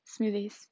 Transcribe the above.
smoothies